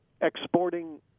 exporting